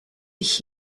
dich